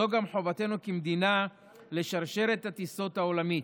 וזאת גם חובתנו כמדינה לשרשרת הטיסות העולמית,